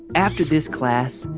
after this class,